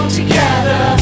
together